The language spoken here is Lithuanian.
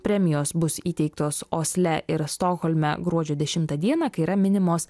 premijos bus įteiktos osle ir stokholme gruodžio dešimtą dieną kai yra minimos